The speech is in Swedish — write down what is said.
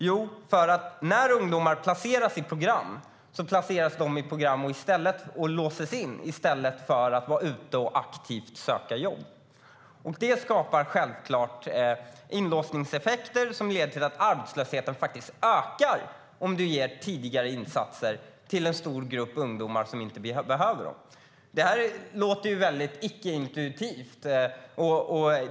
Jo, när ungdomar placeras i program låses de in där i stället för att vara ute och aktivt söka jobb. Det skapar självklart inlåsningseffekter som leder till att arbetslösheten ökar om man gör tidigare insatser till en stor grupp ungdomar som inte behöver dem. Det här låter väldigt icke-intuitivt.